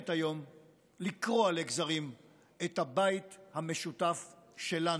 היום לקרוע לגזרים את הבית המשותף שלנו.